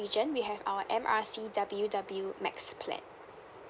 region we have our M_R_I_C W W max plan